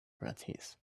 gratis